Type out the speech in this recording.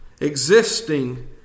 Existing